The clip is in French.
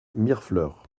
mirefleurs